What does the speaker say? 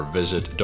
visit